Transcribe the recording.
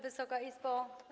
Wysoka Izbo!